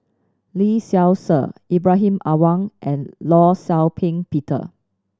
Lee Seow Ser Ibrahim Awang and Law Shau Ping Peter